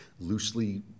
loosely